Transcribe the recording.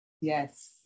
yes